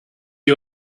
you